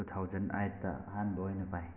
two thousand ꯑꯥꯏꯠꯇ ꯑꯍꯥꯟꯕ ꯑꯣꯏꯅ ꯄꯥꯏ